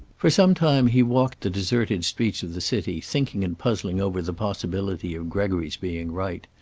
for some time he walked the deserted streets of the city, thinking and puzzling over the possibility of gregory's being right.